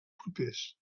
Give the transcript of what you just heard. propers